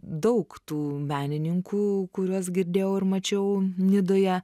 daug tų menininkų kuriuos girdėjau ir mačiau nidoje